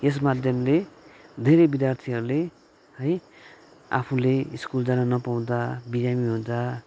यस माध्यमले धेरै विद्यार्थीहरूले है आफूले स्कुल जान नपाउँदा बिरामी हुँदा